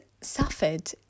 suffered